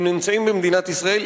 הם נמצאים במדינת ישראל,